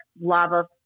lava